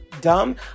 dumb